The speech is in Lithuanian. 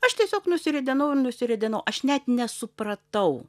aš tiesiog nusiridenau ir nusiridenau aš net nesupratau